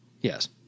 yes